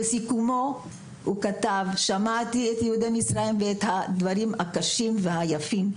בו הוא כתב: "שמעתי את יהודי מצרים ואת הדברים הקשים והיפים.